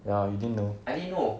you didn't know